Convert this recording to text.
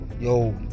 Yo